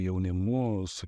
jaunimu su